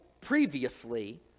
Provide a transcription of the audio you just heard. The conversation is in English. previously